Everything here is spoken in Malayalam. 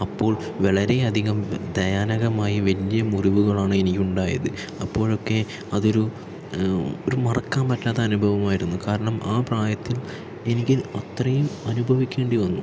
അപ്പോൾ വളരെ അധികം ദയാനകമായി വലിയ മുറിവുകളാണ് എനിക്ക് ഉണ്ടായത് അപ്പോഴൊക്കെ അതൊരു ഒരു മറക്കാൻ പറ്റാത്ത അനുഭവമായിരുന്നു കാരണം ആ പ്രായത്തിൽ എനിക്ക് അത്രയും അനുഭവിക്കേണ്ടി വന്നു